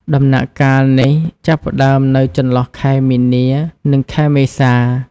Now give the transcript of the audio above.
ដំណាក់កាលនេះចាប់ផ្ដើមនៅចន្លោះខែមីនា និងខែមេសា។